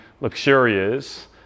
luxurious